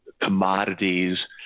commodities